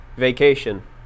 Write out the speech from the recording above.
vacation